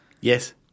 Yes